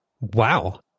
Wow